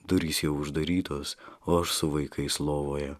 durys jau uždarytos o aš su vaikais lovoje